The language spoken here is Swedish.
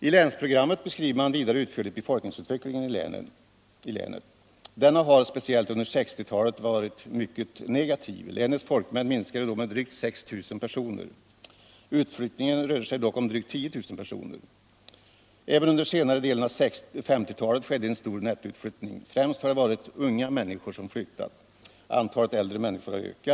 I länsprogrammet beskrivs vidare utförligt befolkningsutvecklingen i länet. Denna har, speciellt under 1960-talet, varit mycket negativ. Länets folkmängd minskade då med drygt 6 000 personer. Utflyttningen rörde sig dock om drygt 10 000 personer. Även under senare delen av 1950-talet. Nr 97 skedde en stor nettoutflyttning. Främst har det varit unga människor Fredagen den som flyttat. Antalet äldre människor har ökat.